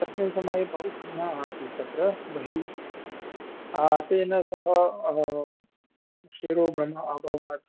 तस्मिन् समये बहु आसीत् तत्र बहिः तेन सह शिरोवेदना अभवत्